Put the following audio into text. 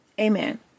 Amen